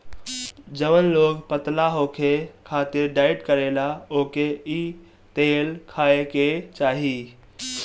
जवन लोग पतला होखे खातिर डाईट करेला ओके इ तेल खाए के चाही